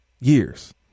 years